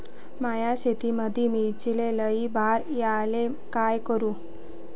माया शेतामंदी मिर्चीले लई बार यायले का करू?